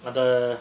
அது:adhu